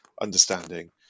understanding